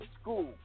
school